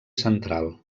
central